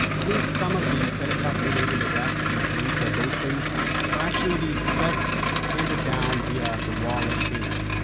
at least some of the telegrass-related arrests the police are boasting are actually these presents handed down via the wall of shame.